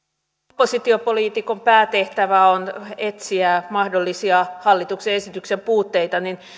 oppositiopoliitikon päätehtävä on etsiä mahdollisia hallituksen esityksen puutteita niin